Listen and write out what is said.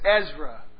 Ezra